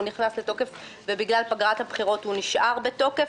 הוא נכנס לתוקף ובגלל פגרת הבחירות הוא נשאר בתוקף,